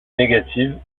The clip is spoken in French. négative